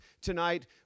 tonight